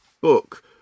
book